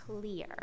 clear